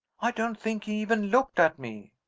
i don't think he even looked at me.